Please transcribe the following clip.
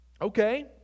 okay